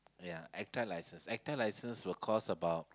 ya A_C_T_A license A_C_T_A license will cost about